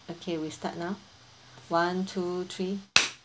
okay we start now one two three